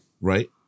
right